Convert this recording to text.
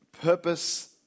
purpose